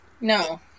No